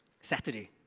Saturday